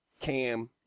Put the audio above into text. Cam